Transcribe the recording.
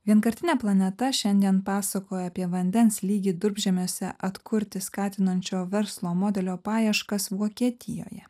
vienkartinė planeta šiandien pasakoja apie vandens lygį durpžemiuose atkurti skatinančio verslo modelio paieškas vokietijoje